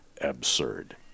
absurd